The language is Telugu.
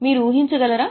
మీరు ఊహించగలరా